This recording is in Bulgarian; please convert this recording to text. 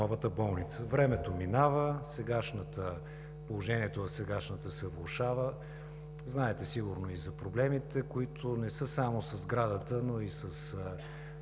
Времето минава, положението в сегашната се влошава. Знаете сигурно и за проблемите, които са не само със сградата, но и с